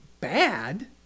bad